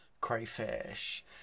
crayfish